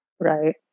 Right